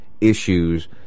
issues